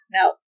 Now